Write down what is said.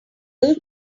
able